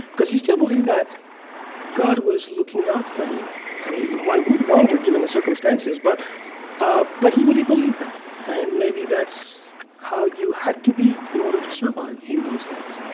because he still believed that god was looking out for him. i mean, i would wonder, given the circumstances, but ah but he really believed that. and, maybe that's how you had to be in order to survive in those days